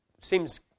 seems